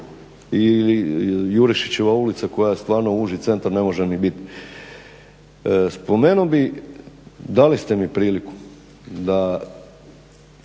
i Jurišićeva ulica koja je stvarno uži centar ne može ni biti. spomenuo bih dali ste mi priliku da